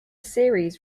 series